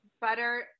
butter